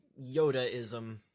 Yodaism